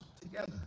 together